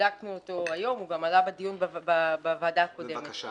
בדקנו אותו היום והוא גם עלה לדיון בוועדה הקודמת.